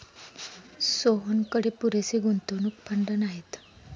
सोहनकडे पुरेसे गुंतवणूक फंड नाहीत